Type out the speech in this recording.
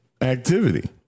activity